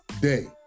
day